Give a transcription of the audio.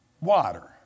water